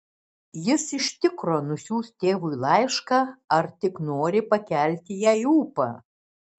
jis iš tikro nusiųs tėvui laišką ar tik nori pakelti jai ūpą